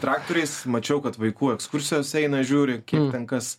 traktoriais mačiau kad vaikų ekskursijos eina žiūri kaip ten kas